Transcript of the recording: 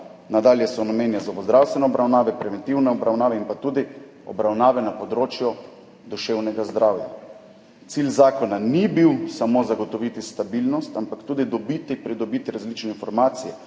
Nadalje se omenja zobozdravstvene obravnave, preventivne obravnave in tudi obravnave na področju duševnega zdravja. Cilj zakona ni bil samo zagotoviti stabilnost, ampak tudi dobit, pridobiti različne informacije,